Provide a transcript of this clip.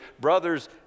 Brothers